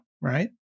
right